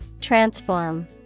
transform